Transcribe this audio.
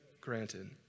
granted